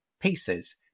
pieces